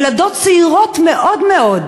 ילדות צעירות מאוד מאוד,